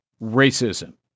racism